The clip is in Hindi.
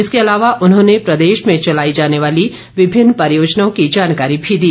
इसके अलावा उन्होंने प्रदेश में चलाई जाने वाली विभिन्न परियोजनाओं की जानकारी भो दी